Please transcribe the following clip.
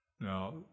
Now